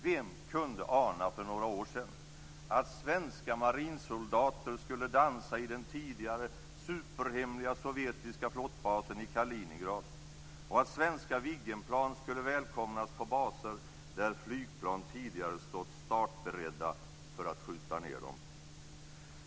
Vem kunde ana för några år sedan att svenska marinsoldater skulle dansa i den tidigare superhemliga sovjetiska flottbasen i Kaliningrad och att svenska Viggenplan skulle välkomnas på baser där flygplan tidigare stått startberedda för att skjuta ned dem?